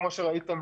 כמו שראיתם,